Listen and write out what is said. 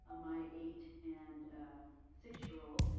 ah my eight and six year old,